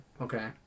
Okay